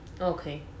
Okay